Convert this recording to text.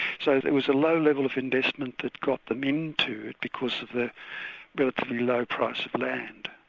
so it was a low level of investment that got them into it, because of the relatively low price of land,